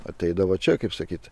ateidavo čia kaip sakyti